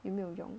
有没有用